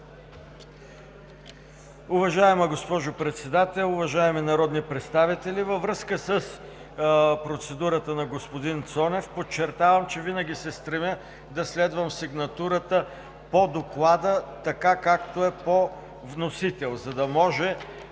Уважаема госпожо Председател, уважаеми народни представители! Във връзка с процедурата на господин Цонев подчертавам, че винаги се стремя да следвам сигнатурата по доклада, както е по вносител, за да може,